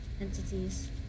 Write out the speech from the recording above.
Entities